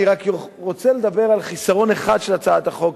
אני רק רוצה לדבר על חיסרון אחד של הצעת החוק,